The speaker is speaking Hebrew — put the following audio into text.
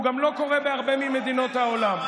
והוא גם לא קורה בהרבה ממדינות העולם.